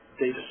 data